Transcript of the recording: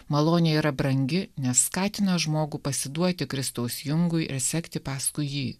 malonė yra brangi neskatino žmogų pasiduoti kristaus jungui ir sekti paskui jį